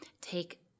take